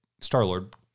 Star-Lord